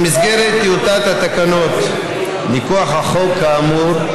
במסגרת טיוטת התקנות מכוח החוק האמור,